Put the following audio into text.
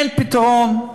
אין פתרון,